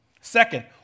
Second